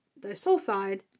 disulfide